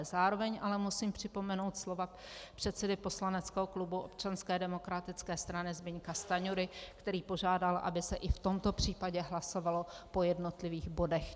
Zároveň ale musím připomenout slova předsedy poslaneckého klubu Občanské demokratické strany Zbyňka Stanjury, který požádal, aby se i v tomto případě hlasovalo po jednotlivých bodech.